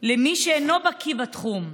למי שאינו בקיא בתחום.